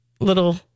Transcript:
little